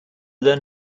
learn